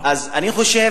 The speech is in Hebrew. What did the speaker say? אני חושב,